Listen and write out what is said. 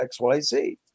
XYZ